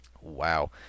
Wow